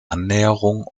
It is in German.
annäherung